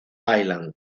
island